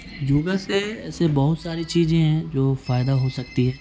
یوگا سے ایسے بہت ساری چیزیں ہیں جو فائدہ ہو سکتی ہے